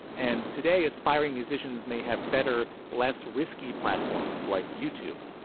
and today aspiring musicians may have better, less risky platforms like youtube.